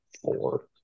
four